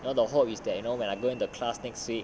you know the hope is that you know when I go in the class next week